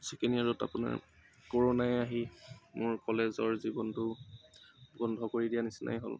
second ইয়েৰত আপোনাৰ ক'ৰণাই আহি মোৰ কলেজৰ জীৱনটো বন্ধ কৰি দিয়াৰ নিচিনাই হ'ল